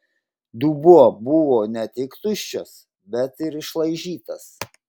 dubuo buvo ne tik tuščias bet ir išlaižytas